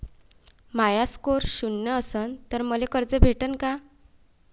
माया score शून्य असन तर मले कर्ज भेटन का?